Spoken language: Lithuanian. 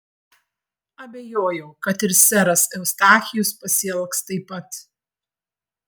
abejojau kad ir seras eustachijus pasielgs taip pat